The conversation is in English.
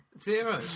zero